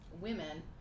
women